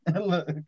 Look